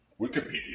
Wikipedia